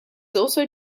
also